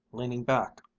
leaning back,